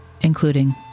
including